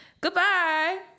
goodbye